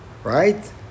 Right